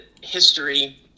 history